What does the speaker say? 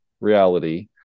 reality